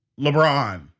LeBron